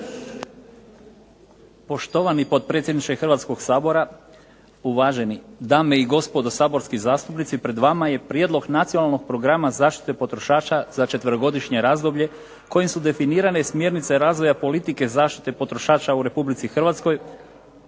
Poštovani potpredsjedniče Hrvatskog sabora, uvaženi dame i gospodo saborski zastupnici. Pred vama je Nacionalnog programa zaštite potrošača za četverogodišnje razdoblje kojim su definirane smjernice razvoja politike zaštite potrošača u Republici Hrvatskoj